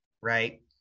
right